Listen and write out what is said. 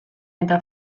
eta